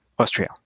Austria